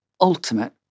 ultimate